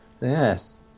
Yes